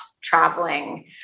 traveling